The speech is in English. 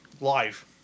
live